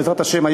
בעזרת השם,